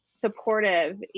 supportive